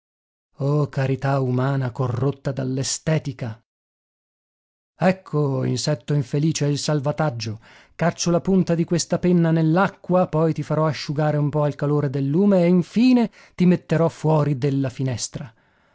oh carità umana corrotta dall'estetica ecco o insetto infelice il salvataggio caccio la punta di questa penna nell'acqua poi ti farò asciugare un po al calore del lume e infine ti metterò fuori della finestra